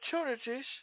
opportunities